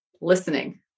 listening